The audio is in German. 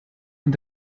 und